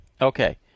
Okay